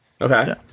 Okay